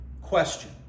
question